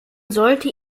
sollte